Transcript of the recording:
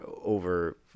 over